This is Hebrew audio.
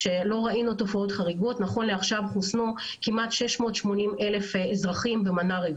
אבל האלימות שלו היא לפחות בסביבות הפי שמונה פחות מאשר דלתא ואלפא.